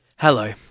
Hello